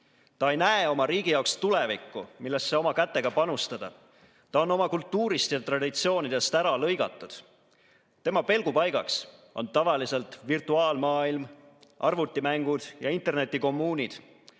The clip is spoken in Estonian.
Ta ei näe oma riigi jaoks tulevikku, millesse oma kätega panustada. Ta on oma kultuurist ja traditsioonidest ära lõigatud. Tema pelgupaigaks on tavaliselt virtuaalmaailm, arvutimängud ja internetikommuunid.